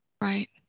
Right